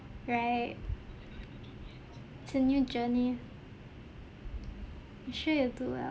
right it's a new journey I'm sure you'll do well